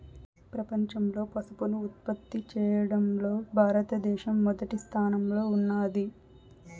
ప్రపంచంలో పసుపును ఉత్పత్తి చేయడంలో భారత దేశం మొదటి స్థానంలో ఉన్నాది